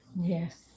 yes